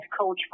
coach